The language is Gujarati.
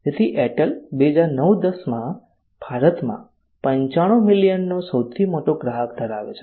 તેથી એરટેલ 2009 10 માં ભારતમાં 95 મિલિયનનો સૌથી મોટો ગ્રાહક આધાર ધરાવે છે